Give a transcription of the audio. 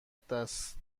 دست